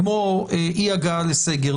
כמו אי הגעה לסגר,